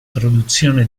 produzione